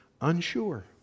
Unsure